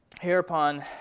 Hereupon